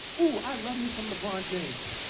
ooh, i love me some lebron james.